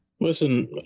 Listen